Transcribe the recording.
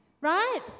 right